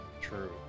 True